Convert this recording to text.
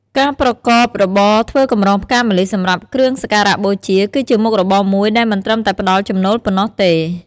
ការប្រកបរបរធ្វើកម្រងផ្កាម្លិះសម្រាប់គ្រឿងសក្ការបូជា គឺជាមុខរបរមួយដែលមិនត្រឹមតែផ្ដល់ចំណូលប៉ុណ្ណោះទេ។